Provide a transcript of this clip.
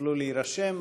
יוכלו להירשם.